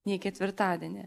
nei ketvirtadienį